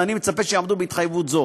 ואני מצפה שיעמדו בהתחייבות זו.